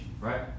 Right